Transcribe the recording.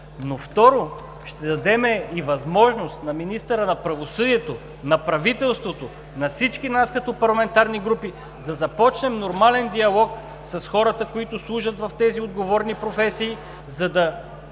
Второ, ще дадем и възможност на министъра на правосъдието, на правителството, на всички нас, като парламентарни групи, да започнем нормален диалог с хората, които служат в тези отговорни професии, за да